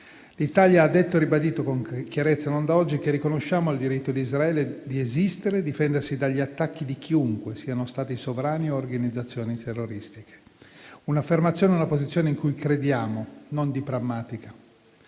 L'Italia ha detto e ribadito con chiarezza, non da oggi, che riconosce il diritto di Israele di esistere e difendersi dagli attacchi di chiunque, siano Stati sovrani o organizzazioni terroristiche. Si tratta di un'affermazione e una posizione in cui crediamo e non di prammatica.